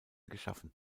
geschaffen